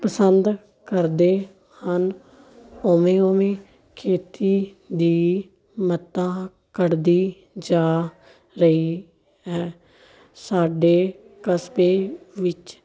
ਪਸੰਦ ਕਰਦੇ ਹਨ ਉਵੇਂ ਉਵੇਂ ਖੇਤੀ ਦੀ ਮਹੱਤਤਾ ਘਟਦੀ ਜਾ ਰਹੀ ਹੈ ਸਾਡੇ ਕਸਬੇ ਵਿੱਚ